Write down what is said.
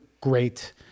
great